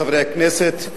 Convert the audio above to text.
חברי הכנסת,